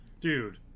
Dude